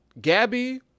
Gabby